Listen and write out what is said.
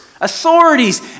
authorities